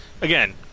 again